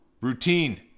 routine